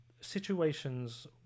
situations